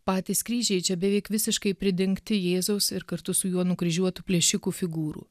patys kryžiai čia beveik visiškai pridengti jėzaus ir kartu su juo nukryžiuotų plėšikų figūrų